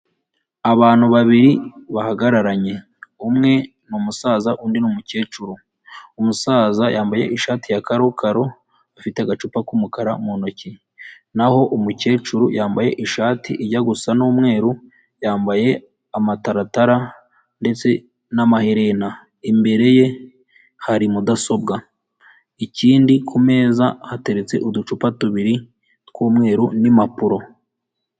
Abantu babiri bahagararanye, umwe ni umusaza undi ni umukecuru, umusaza yambaye ishati ya karokaro afite agacupa k'umukara mu ntoki, naho umukecuru yambaye ishati ijya gusa n'umweru yambaye amataratara ndetse n'amaherena, imbere ye hari mudasobwa, ikindi ku meza hateretse uducupa tubiri tw'umweru n'impapuro.